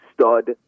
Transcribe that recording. stud